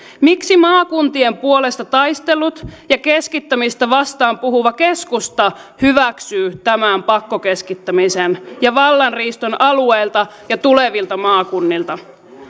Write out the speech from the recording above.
miksi maakuntien puolesta taistellut ja keskittämistä vastaan puhuva keskusta hyväksyy tämän pakkokeskittämisen ja vallanriiston alueilta ja tulevilta maakunnilta